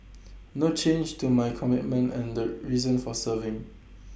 no change to my commitment and reason for serving